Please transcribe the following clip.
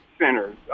centers